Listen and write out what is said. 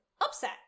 upset